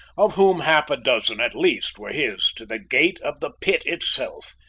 of whom half-a-dozen at least were his to the gate of the pit itself,